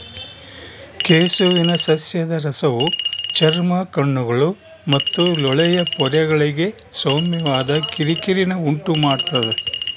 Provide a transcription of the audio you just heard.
ಕೆಸುವಿನ ಸಸ್ಯದ ರಸವು ಚರ್ಮ ಕಣ್ಣುಗಳು ಮತ್ತು ಲೋಳೆಯ ಪೊರೆಗಳಿಗೆ ಸೌಮ್ಯವಾದ ಕಿರಿಕಿರಿನ ಉಂಟುಮಾಡ್ತದ